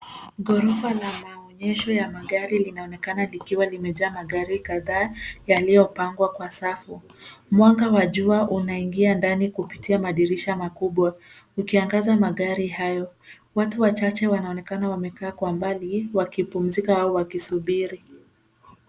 Ghorofa la maonyesho ya magari linaonekana likiwa limejaa magari kadhaa yaliyopangwa kwa safu. Mwanga wa jua unaingia ndani kupitia madirisha makubwa ukiangaza magari hayo. watu wachache wanaonekana wamekaa kwa mbali wakipumzika au wakisubiri